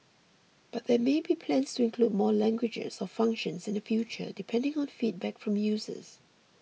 but there may be plans to include more languages or functions in the future depending on feedback from users